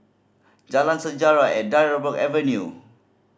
Jalan Sejarah and Dryburgh Avenue